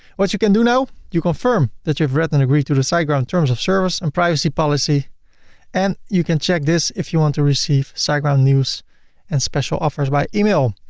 what you can do now? you confirm that you've read and agreed to the siteground terms of service and privacy policy and you can check this if you want to receive siteground news and special offers by email.